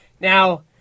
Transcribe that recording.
Now